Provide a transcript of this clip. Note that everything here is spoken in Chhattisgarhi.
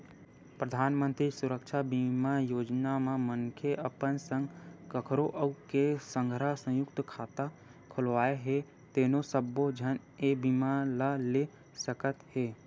परधानमंतरी सुरक्छा बीमा योजना म मनखे अपन संग कखरो अउ के संघरा संयुक्त खाता खोलवाए हे तेनो सब्बो झन ए बीमा ल ले सकत हे